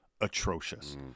Atrocious